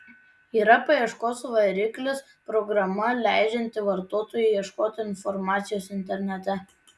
yra paieškos variklis programa leidžianti vartotojui ieškoti informacijos internete